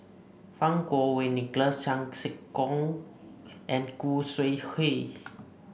Fang Kuo Wei Nicholas Chan Sek Keong and Khoo Sui Hoe